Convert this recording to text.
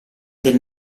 del